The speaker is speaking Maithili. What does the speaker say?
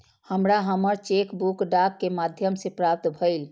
हमरा हमर चेक बुक डाक के माध्यम से प्राप्त भईल